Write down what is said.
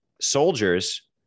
Soldiers